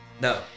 No